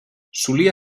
solia